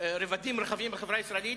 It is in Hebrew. רבדים רחבים בחברה הישראלית,